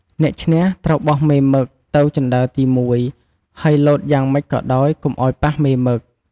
អ្នកឈ្នះត្រូវបោះមេមឹកទៅជណ្តើរទី១ហើយលោតយ៉ាងមិចក៏ដោយកុំឲ្យប៉ះមេមឹក។